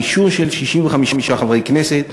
באישור של 65 חברי כנסת,